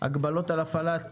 (הגבלות על הפעלת